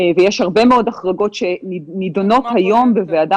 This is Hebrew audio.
יש הרבה החרגות שנידונות היום בוועדה